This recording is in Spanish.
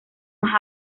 más